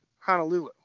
honolulu